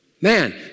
Man